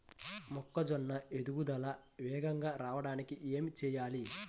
మొక్కజోన్న ఎదుగుదల వేగంగా రావడానికి ఏమి చెయ్యాలి?